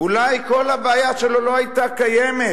אולי כל הבעיה שלו לא היתה קיימת